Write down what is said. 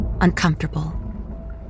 uncomfortable